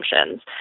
assumptions